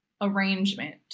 arrangement